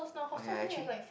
oh ya actually